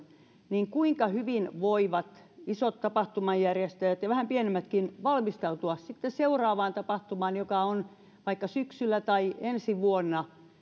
niin kuinka hyvin voivat isot tapahtumajärjestäjät ja vähän pienemmätkin valmistautua sitten seuraavaan tapahtumaan joka on vaikka syksyllä tai ensi vuonna